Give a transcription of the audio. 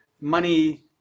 money